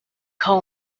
coal